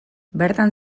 bertan